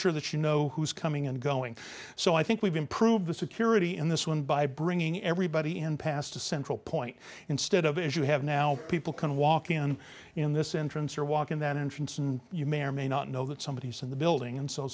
sure that you know who's coming and going so i think we've improved the security in this one by bringing everybody and passed a central point instead of as you have now people can walk in in this entrance or walk in that entrance and you may or may not know that somebody said the building and so